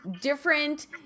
different